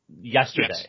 yesterday